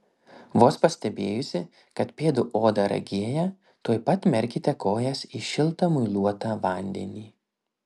vos pastebėjusi kad pėdų oda ragėja tuoj pat merkite kojas į šiltą muiluotą vandenį